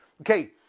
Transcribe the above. okay